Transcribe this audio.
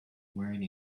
wearing